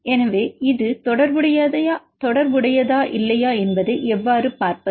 எனவே இது தொடர்புடையதா இல்லையா என்பதை எவ்வாறு பார்ப்பது